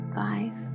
five